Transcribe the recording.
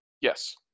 yes